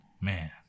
Man